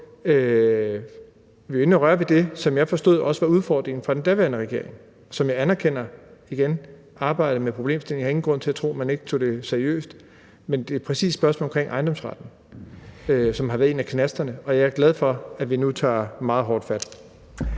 at røre ved det, som jeg forstod også var udfordringen for den daværende regering, som jeg igen anerkender arbejdede med problemstillingen. Jeg har ingen grund til at tro, at man ikke tog det seriøst, men det er præcis spørgsmålet omkring ejendomsretten, som har været en af knasterne, og jeg er glad for, at vi nu tager meget hårdt fat.